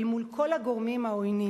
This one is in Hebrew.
אל מול כל הגורמים העוינים.